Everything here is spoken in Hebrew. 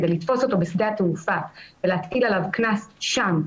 כדי לתפוס אותו בשדה התעופה ולהטיל עליו קנס שם,